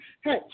Hey